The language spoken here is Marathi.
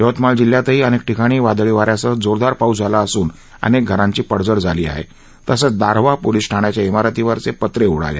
यवतमाळ जिल्ह्यातही अनेक ठिकाणी वादळी वा यासह जोरदार पाऊस झाला असून अनेक घरांची पडझड झाली आहे तसच दारव्हा पोलिस ठाण्याच्या इमारतीवरचे पत्रे उडाले